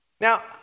Now